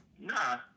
Nah